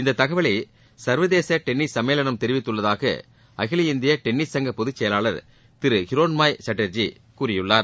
இந்தத் தகவலை சர்வதேச டென்னிஸ் சம்மேளனம் தெரிவித்துள்ளதாக அகில இந்திய டென்னிஸ் சங்க பொதுச் செயலாளர் திரு ஹிரோன்மாய் சாட்டர்ஜி கூறியுள்ளார்